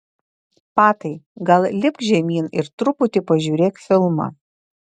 patai gal lipk žemyn ir truputį pažiūrėk filmą